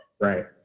Right